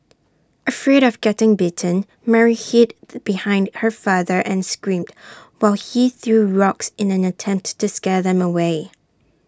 afraid of getting bitten Mary hid the behind her father and screamed while he threw rocks in an attempt to scare them away